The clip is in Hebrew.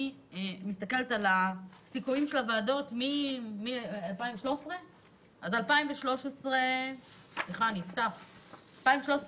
אני בוחנת את סיכומי הוועדות מאז 2013. ב-2013